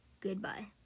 Goodbye